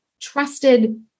trusted